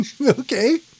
Okay